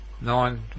Nine